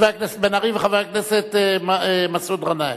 חבר הכנסת בן-ארי וחבר הכנסת מסעוד גנאים.